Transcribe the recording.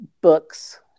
books